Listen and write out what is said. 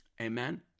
Amen